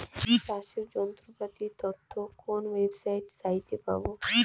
চাষের যন্ত্রপাতির তথ্য কোন ওয়েবসাইট সাইটে পাব?